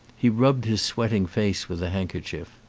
he rubbed his sweating face with a handkerchief.